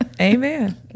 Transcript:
Amen